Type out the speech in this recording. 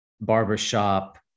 barbershop